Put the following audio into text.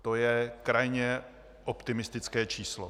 To je krajně optimistické číslo.